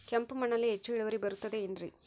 ಕೆಂಪು ಮಣ್ಣಲ್ಲಿ ಹೆಚ್ಚು ಇಳುವರಿ ಬರುತ್ತದೆ ಏನ್ರಿ?